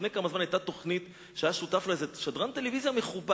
לפני כמה זמן היתה תוכנית שהיה שותף לה איזה שדרן טלוויזיה מכובד,